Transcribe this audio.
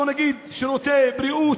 בוא נגיד, שירותי בריאות,